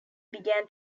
began